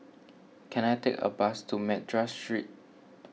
can I take a bus to Madras Street